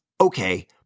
Okay